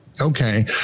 Okay